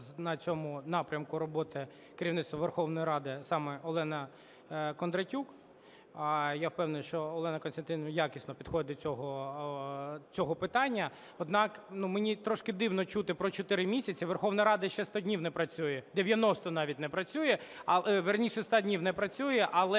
на цьому напрямку роботи керівництво Верховної Ради, саме Олена Кондратюк. Я впевнений, що Олена Костянтинівна якісно підходить до цього питання. Однак, мені трішки дивно чути про чотири місяці, Верховна Рада ще 100 днів не працює, 90 навіть не працює, вірніше 100 днів не працює. Але,